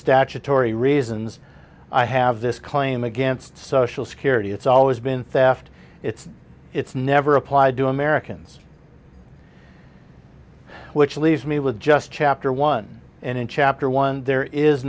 statutory reasons i have this claim against social security it's always been theft it's it's never applied to americans which leaves me with just chapter one and in chapter one there is